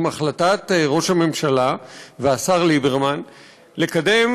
עם החלטת ראש הממשלה והשר ליברמן לקדם